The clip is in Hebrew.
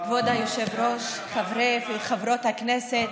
כבוד היושב-ראש, חברי וחברות הכנסת,